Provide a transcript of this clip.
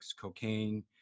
cocaine